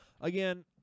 again